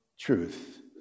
Truth